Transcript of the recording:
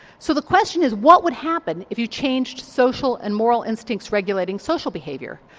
so the question is what would happen if you changed social and moral instincts regulating social behaviour?